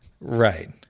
right